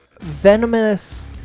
venomous